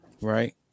right